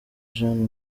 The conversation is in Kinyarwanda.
jeanne